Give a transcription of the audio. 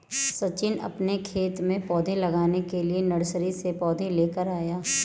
सचिन अपने खेत में पौधे लगाने के लिए नर्सरी से पौधे लेकर आया